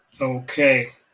Okay